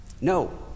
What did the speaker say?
No